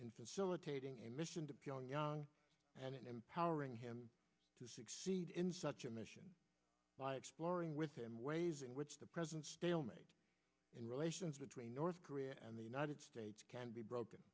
in facilitating a mission to pyongyang and empowering him to succeed in such a mission by exploring with him ways in which the present stalemate in relations between north korea and the united states can be broke